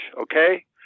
okay